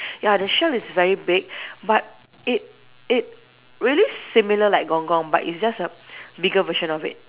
ya the shell is very big but it it really similar like gong-gong but it's just a bigger version of it